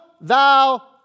thou